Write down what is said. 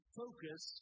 focus